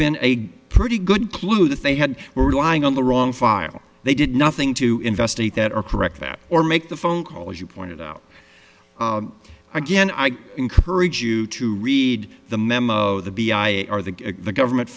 been a pretty good clue that they had were relying on the wrong file they did nothing to investigate that are correct that or make the phone call as you pointed out again i encourage you to read the memo the b i r the the government